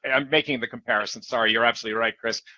and i'm making the comparison. sorry, you're absolutely right, chris.